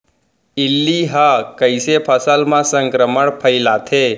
इल्ली ह कइसे फसल म संक्रमण फइलाथे?